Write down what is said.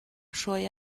hruai